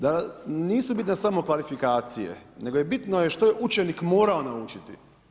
Da nisu bitne samo kvalifikacije, nego je bitno što učenik morao naučiti.